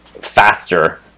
faster